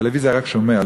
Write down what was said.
טלוויזיה רק שומע,